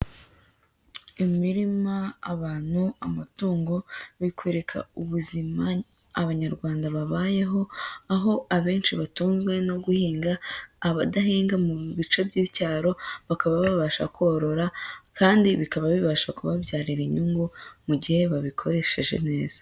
Imirima, abantu, amatungo, bikweka ubuzima Abanyarwanda babayeho, aho abenshi batunzwe no guhinga, abadahinga mu bice by'icyaro, bakaba babasha korora kandi bikaba bibasha kubabyarira inyungu mu gihe babikoresheje neza.